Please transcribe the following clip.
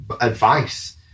advice